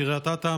קריית אתא,